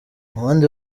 abandi